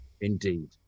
Indeed